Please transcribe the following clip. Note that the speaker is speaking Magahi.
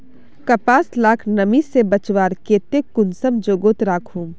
कपास लाक नमी से बचवार केते कुंसम जोगोत राखुम?